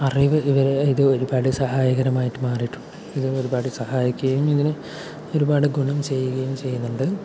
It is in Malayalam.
അറിവ് ഇവരെ ഇത് ഒരുപാട് സഹായകരമായിട്ടു മാറിയിട്ടുണ്ട് ഇത് ഒരുപാട് സഹായിക്കുകയും ഇതിന് ഒരുപാട് ഗുണം ചെയ്യുകയും ചെയ്യുന്നുണ്ട്